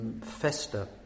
fester